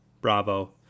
Bravo